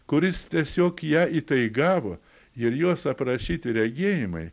kuris tiesiog ją įtaigavo ir jos aprašyti regėjimai